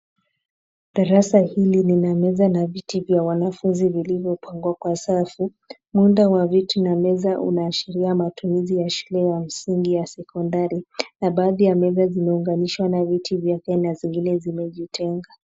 Darasa hili lina meza na viti vya wanafunzi vilivyopangwa kwa safu. Muundo wa viti na meza unaashiria matumizi ya shule ya msingi ya sekondari na baadhi ya meza zimeunganishwa na viti vyake na zingine zimejitenga.